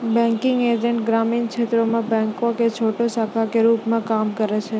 banking agent ग्रामीण क्षेत्रो मे बैंको के छोटो शाखा के रुप मे काम करै छै